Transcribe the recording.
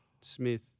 Smith